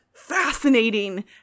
fascinating